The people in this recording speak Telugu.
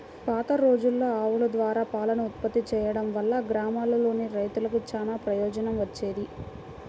పాతరోజుల్లో ఆవుల ద్వారా పాలను ఉత్పత్తి చేయడం వల్ల గ్రామాల్లోని రైతులకు చానా ప్రయోజనం వచ్చేది